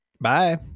Bye